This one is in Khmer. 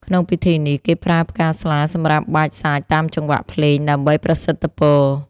ក្នុងពិធីនេះ គេប្រើផ្កាស្លាសម្រាប់បាចសាចតាមចង្វាក់ភ្លេង ដើម្បីប្រសិទ្ធពរ។